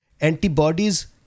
antibodies